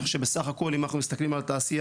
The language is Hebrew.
כך שבסך הכול אם אנחנו מסתכלים על תעשייה